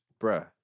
Bruh